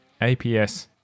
APS